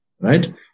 right